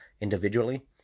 individually